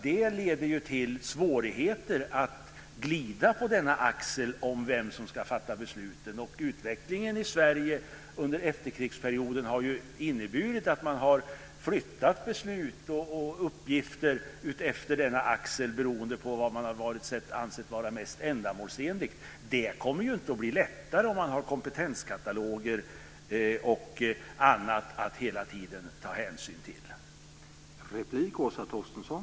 Det leder till svårigheter att glida på denna axel för vem som ska fatta beslut. Utvecklingen under efterkrigsperioden i Sverige har ju inneburit att man har flyttat beslut och uppgifter utefter denna axel beroende på vad man har ansett vara mest ändamålsenligt. Det kommer inte att bli lättare om man har kompetenskataloger och annat att ta hänsyn till hela tiden.